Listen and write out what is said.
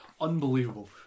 Unbelievable